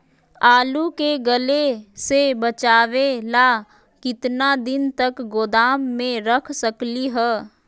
आलू के गले से बचाबे ला कितना दिन तक गोदाम में रख सकली ह?